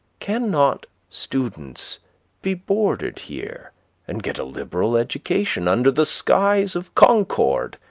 cannot students be boarded here and get a liberal education under the skies of concord?